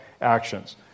actions